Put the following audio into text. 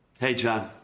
hey, john.